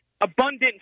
abundant